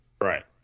Right